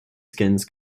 skins